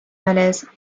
malaise